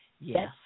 yes